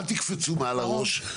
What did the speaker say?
אל תקפצו מעל הראש.